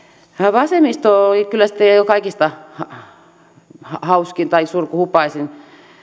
vasemmisto oli kyllä sitten jo kaikista hauskin tai surkuhupaisin